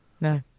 No